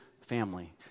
family